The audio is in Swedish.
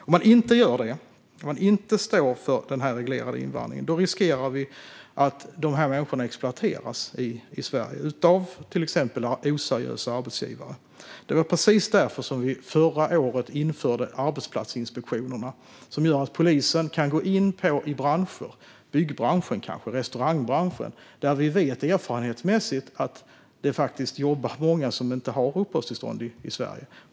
Om man inte står för en reglerad invandring riskerar människor att exploateras i Sverige av till exempel oseriösa arbetsgivare. Det var precis därför som vi förra året införde arbetsplatsinspektioner, som gör att polisen kan gå in i branscher, kanske byggbranschen eller restaurangbranschen, där vi erfarenhetsmässigt vet att det jobbar många som inte har uppehållstillstånd i Sverige.